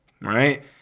right